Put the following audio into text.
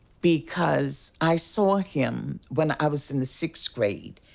because i saw him when i was in the sixth grade,